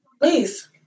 Please